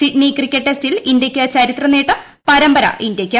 Sydney cricket ടെസ്റ്റിൽ ഇന്തൃയ്ക്ക് ചരിത്ര നേട്ടം പരമ്പര ഇന്ത്യയ്ക്ക്